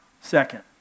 second